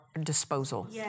disposal